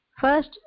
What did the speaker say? First